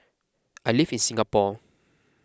I live in Singapore